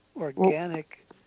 organic